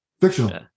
fictional